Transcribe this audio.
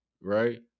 Right